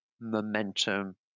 momentum